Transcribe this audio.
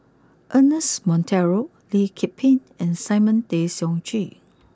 Ernest Monteiro Lee Kip Lin and Simon Tay Seong Chee